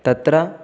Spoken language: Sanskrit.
तत्र